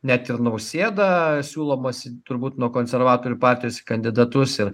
net ir nausėda siūlomas turbūt nuo konservatorių partijos į kandidatus ir